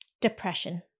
depression